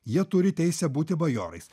jie turi teisę būti bajorais